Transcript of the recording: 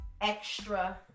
Extra